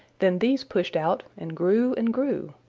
then these pushed out and grew and grew.